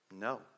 no